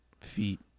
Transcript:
feet